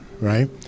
right